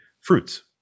fruits